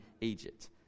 Egypt